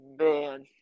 Man